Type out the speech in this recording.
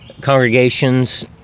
congregations